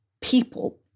people